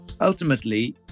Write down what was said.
Ultimately